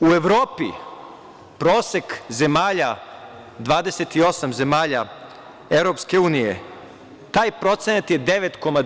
U Evropi prosek zemalja, 28 zemalja EU, taj procenat je 9,9%